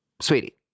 sweetie